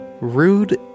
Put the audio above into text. Rude